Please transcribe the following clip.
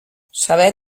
saber